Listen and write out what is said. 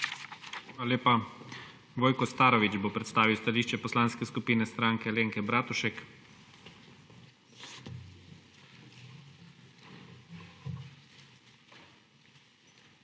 Hvala lepa. Vojko Starović bo predstavil stališče Poslanske skupine Stranke Alenke Bratušek. **VOJKO